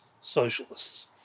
socialists